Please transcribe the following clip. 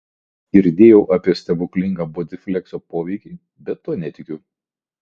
girdėjau apie stebuklinga bodiflekso poveikį bet tuo netikiu